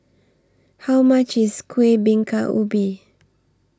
How much IS Kueh Bingka Ubi